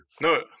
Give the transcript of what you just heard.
No